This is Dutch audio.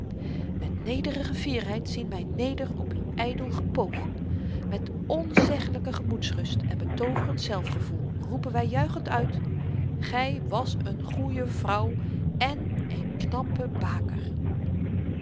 met nederige fierheid zien wy neder op uw ydel gepoog met onzeggelyke gemoedsrust en betooverend zelfgevoel roepen wy juichend uit gij was een goeie vrouw en een knappe baker